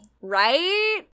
Right